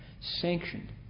sanctioned